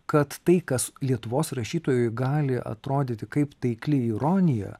kad tai kas lietuvos rašytojui gali atrodyti kaip taikli ironija